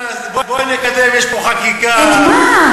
בואי נקדם, יש פה חקיקה, את מה?